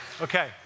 Okay